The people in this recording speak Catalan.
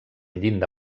llinda